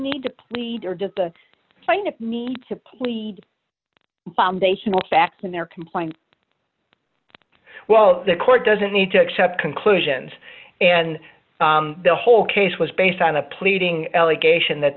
need to plead or did the plaintiff need to plead foundational fact in their complaint well the court doesn't need to accept conclusions and the whole case was based on the pleading allegation that